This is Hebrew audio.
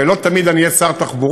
הרי לא תמיד אני אהיה שר תחבורה,